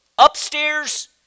upstairs